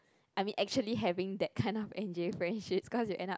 I mean actually having that kind of N_J friendships cause you end up